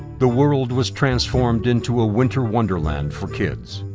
the world was transformed into a winter wonderland for kids.